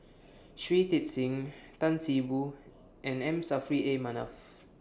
Shui Tit Sing Tan See Boo and M Saffri A Manaf